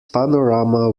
panorama